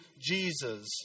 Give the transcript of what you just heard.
Jesus